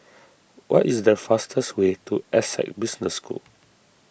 what is the fastest way to Essec Business School